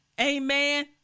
amen